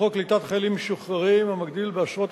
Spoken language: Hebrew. קליטת חיילים משוחררים המגדיל בעשרות